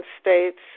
states